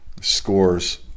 Scores